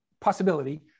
possibility